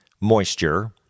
Moisture